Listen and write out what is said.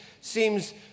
seems